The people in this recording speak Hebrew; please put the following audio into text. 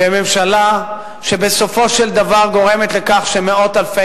וממשלה שבסופו של דבר גורמת לכך שמאות אלפי